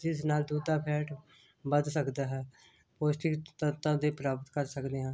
ਜਿਸ ਨਾਲ ਦੁੱਧ ਦਾ ਫੈਟ ਵਧ ਸਕਦਾ ਹੈ ਉਸ ਚੀਜ਼ ਤੱਤਾਂ ਦੇ ਪ੍ਰਾਪਤ ਕਰ ਸਕਦੇ ਹਾਂ